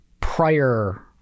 prior